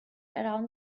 around